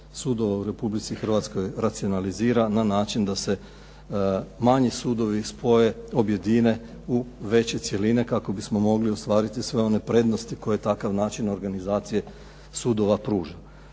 sudova u Republici Hrvatskoj racionalizira na način da se manji sudovi spoje, objedine u veće cjeline kako bismo mogli ostvariti sve one prednosti koje takav način organizacije sudova pruža.